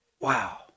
Wow